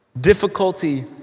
difficulty